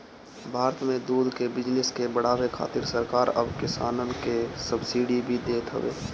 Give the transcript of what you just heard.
भारत में दूध के बिजनेस के बढ़ावे खातिर सरकार अब किसानन के सब्सिडी भी देत हवे